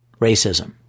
racism